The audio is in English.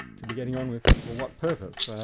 to be getting on with for what purpose?